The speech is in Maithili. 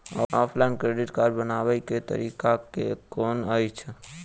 ऑफलाइन क्रेडिट कार्ड बनाबै केँ तरीका केँ कुन अछि?